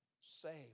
saved